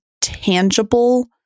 tangible